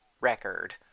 Record